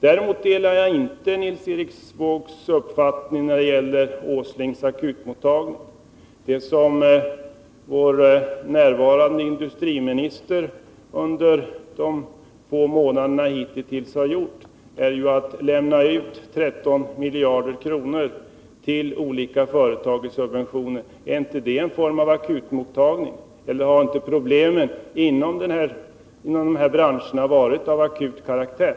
Däremot delar jag inte Nils Erik Wåågs uppfattning när det gäller Nils Åslings akutmottagning. Det som vår nuvarande industriminister under de få månaderna hitintills har gjort är ju att lämna ut 13 miljarder kronor i subventioner till olika företag. Är inte det en form av akutmottagning? Eller har inte problemen inom de branscher det gäller varit av akut karaktär?